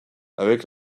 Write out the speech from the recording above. avec